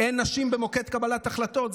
אין נשים במוקד קבלת ההחלטות.